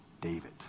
David